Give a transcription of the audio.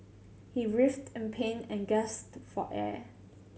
he writhed in pain and gasped for air